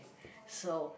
so